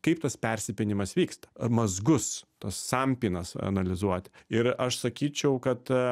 kaip tas persipynimas vyksta mazgus tas sampynas analizuoti ir aš sakyčiau kad